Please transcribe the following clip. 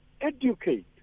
educate